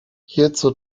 hierzu